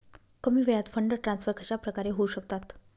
कमी वेळात fund transfer कशाप्रकारे होऊ शकतात?